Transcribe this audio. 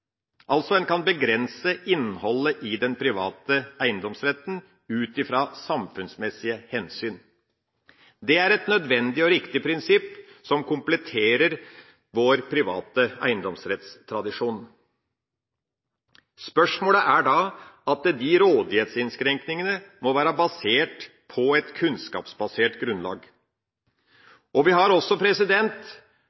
En kan altså begrense innholdet i den private eiendomsretten ut fra samfunnsmessige hensyn. Det er et nødvendig og riktig prinsipp, som kompletterer vår private eiendomsrettstradisjon. Da må rådighetsinnskrenkningene være basert på